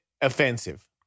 offensive